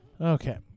Okay